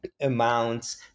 amounts